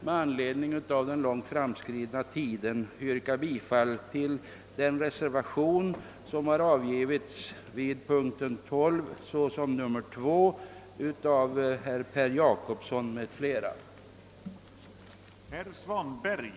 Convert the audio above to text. Med anledning av den långt framskridna tiden vill jag, utan ytterligare kommentarer, yrka bifall till reservation 2 av herr Per Jacobsson m.fl. vid punkten 12.